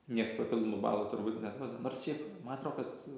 nieks papildomų balų turbūt ne nors šiaip ma atro kad